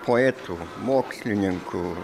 poetų mokslininkų